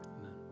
Amen